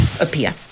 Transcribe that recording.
appear